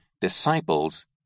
disciples